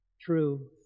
true